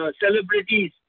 celebrities